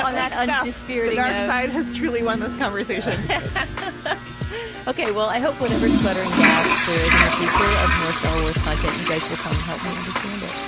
um that and spirit side has truly won this conversation ok, well, i hope whatever sputtering gasps there is in the future of more star wars content, you guys will come and help me understand it.